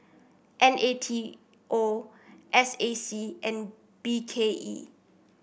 N A T O S A C and B K E